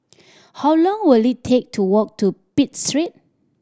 how long will it take to walk to Pitt Street